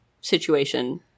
situation